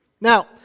Now